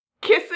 kissing